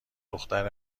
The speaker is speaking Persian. دختر